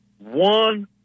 one